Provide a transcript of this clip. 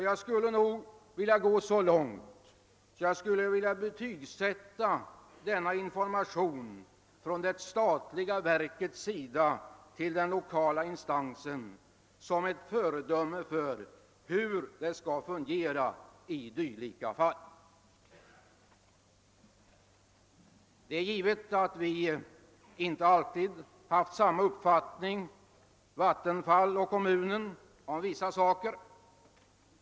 Jag skulle vilja gå så långt att jag betygsätter denna information från det statliga verket till den lokala instansen som ett föredöme för information i dylika fall. Det är givet att Vattenfall och kommunen inte alltid haft samma uppfattning om vissa saker.